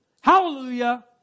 Hallelujah